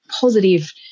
positive